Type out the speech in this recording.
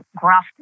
gruff